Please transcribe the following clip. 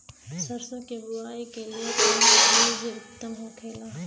सरसो के बुआई के लिए कवन बिज उत्तम होखेला?